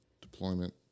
Deployment